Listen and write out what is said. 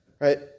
Right